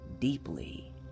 deeply